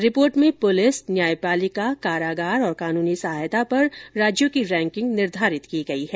report में police न्यायपालिका कारागार और कानूनी सहायता पर राज्यों की रैंकिग निर्धारित की गई हैं